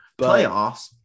Playoffs